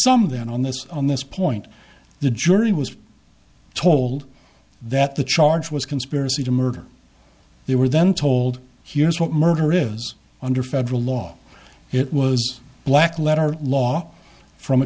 of that on this on this point the jury was told that the charge was conspiracy to murder they were then told here's what murder is under federal law it was black letter law from a